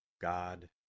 God